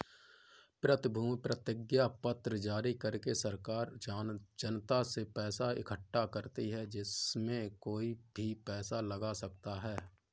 प्रतिभूति प्रतिज्ञापत्र जारी करके सरकार जनता से पैसा इकठ्ठा करती है, इसमें कोई भी पैसा लगा सकता है